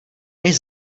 než